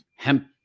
Hemp